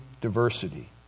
diversity